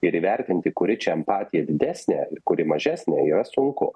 ir įvertinti kuri čia empatija didesnė kuri mažesnė yra sunku